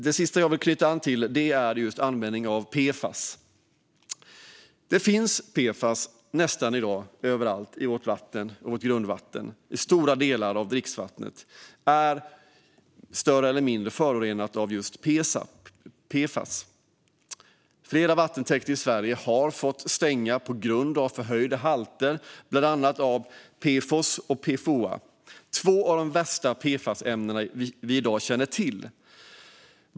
Det sista jag vill knyta an till är användning av PFAS. PFAS finns i dag nästan överallt i vårt vatten och vårt grundvatten. Stora delar av dricksvattnet är mer eller mindre förorenat av just PFAS. Flera vattentäkter i Sverige har fått stänga på grund av förhöjda halter av bland annat PFOS och PFOA - två av de värsta PFAS-ämnen vi i dag känner till.